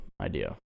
idea